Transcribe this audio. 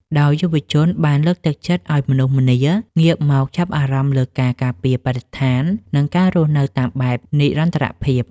ដោយយុវជនបានលើកទឹកចិត្តឱ្យមនុស្សម្នាងាកមកចាប់អារម្មណ៍លើការការពារបរិស្ថាន និងការរស់នៅតាមបែបនិរន្តរភាព។